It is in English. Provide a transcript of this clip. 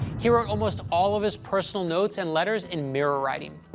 he wrote almost all of his personal notes and letters in mirror writing.